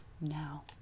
Now